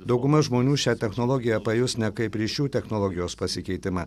dauguma žmonių šią technologiją pajus ne kaip ryšių technologijos pasikeitimą